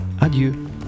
adieu